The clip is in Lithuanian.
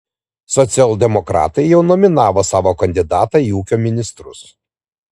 socialdemokratai jau nominavo savo kandidatą į ūkio ministrus